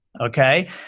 Okay